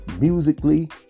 musically